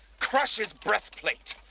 crush his breastplate,